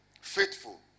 faithful